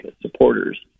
supporters